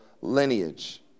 lineage